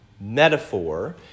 metaphor